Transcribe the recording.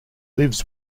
lives